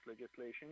legislation